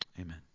Amen